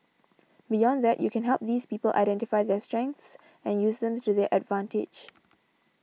beyond that you can help these people identify their strengths and use them to their advantage